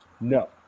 No